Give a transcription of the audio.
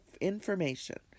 information